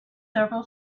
several